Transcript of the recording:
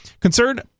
Concerned